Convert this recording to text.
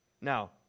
Now